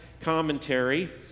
Commentary